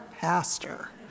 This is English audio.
pastor